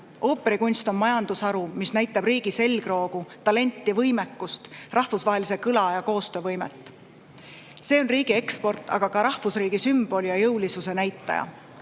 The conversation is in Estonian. Ooperikunst on majandusharu, mis näitab riigi selgroogu, talenti, võimekust, rahvusvahelise kõla ja koostöö võimet. See on riigi eksport, aga ka rahvusriigi sümbol ja jõulisuse näitaja.